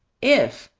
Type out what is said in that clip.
if,